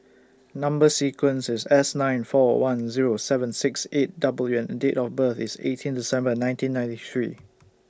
Number sequence IS S nine four one Zero seven six eight W and Date of birth IS eighteen December nineteen ninety three